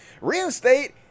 Reinstate